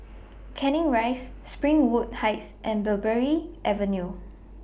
Canning Rise Springwood Heights and Mulberry Avenue